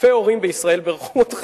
אלפי הורים בישראל בירכו אותך,